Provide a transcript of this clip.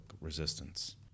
resistance